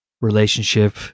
relationship